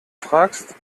fragst